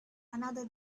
another